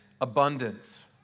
abundance